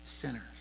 sinners